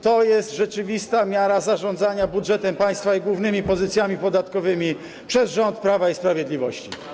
To jest rzeczywista miara zarządzania budżetem państwa i głównymi pozycjami podatkowymi przez rząd Prawa i Sprawiedliwości.